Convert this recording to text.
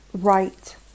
right